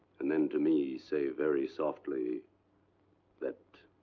and then to me say very softly that,